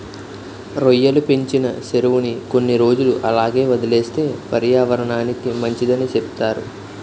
రొయ్యలు పెంచిన సెరువుని కొన్ని రోజులు అలాగే వదిలేస్తే పర్యావరనానికి మంచిదని సెప్తారు